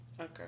Okay